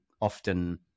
often